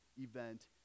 event